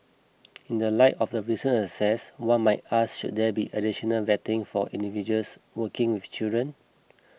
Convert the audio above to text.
in the light of the one might ask should there be additional vetting for individuals working with children